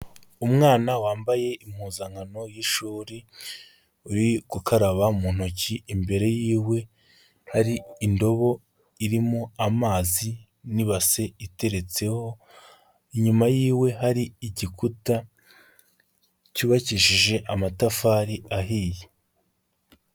Umwana wambaye impuzankano y'ishuri uri gukaraba mu ntoki imbere ywe hari indobo irimo amazi n'ibase iteretseho, inyuma yiwe hari igikuta cyubakishije amatafari ahiye.